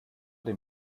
dem